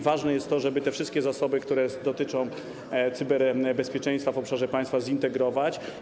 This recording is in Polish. Ważne jest to, żeby te wszystkie zasoby, które dotyczą cyberbezpieczeństwa w obszarze państwa, zintegrować.